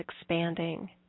expanding